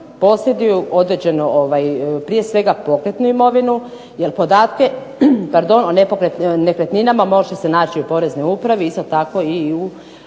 posjeduju određenu, prije svega pokretnu imovinu, jer podatke o nepokretnim nekretninama može se naći u poreznoj upravi, isto tako i u